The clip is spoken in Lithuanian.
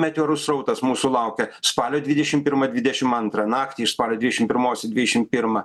meteorų srautas mūsų laukia spalio dvidešim pirmą dvidešim antrą naktį iš spalio dvidešim pirmos į dvidešim pirmą